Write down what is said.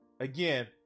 Again